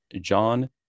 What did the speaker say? John